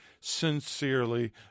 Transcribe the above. sincerely